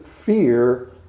fear